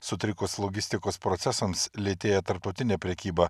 sutrikus logistikos procesams lėtėja tarptautinė prekyba